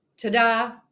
Ta-da